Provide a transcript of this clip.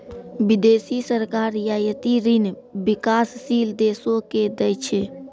बिदेसी सरकार रियायती ऋण बिकासशील देसो के दै छै